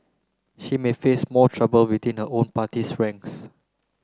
she may face more trouble within a own party's ranks